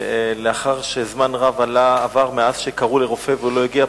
ולאחר שעבר זמן רב מאז שקראו לרופא והוא לא הגיע,